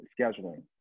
scheduling